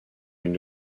une